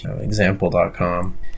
example.com